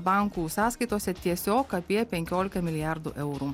bankų sąskaitose tiesiog apie penkiolika milijardų eurų